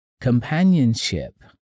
companionship